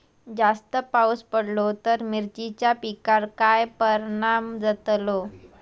जास्त पाऊस पडलो तर मिरचीच्या पिकार काय परणाम जतालो?